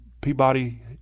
Peabody